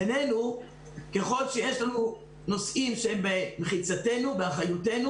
ככל שיש נושאים שהם באחריותנו,